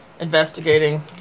investigating